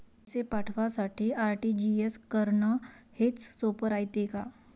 पैसे पाठवासाठी आर.टी.जी.एस करन हेच सोप रायते का?